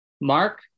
Mark